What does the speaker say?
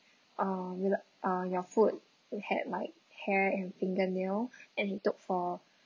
uh uh your food it had like hair and fingernail and it took for